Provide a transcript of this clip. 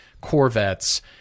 Corvettes